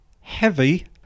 heavy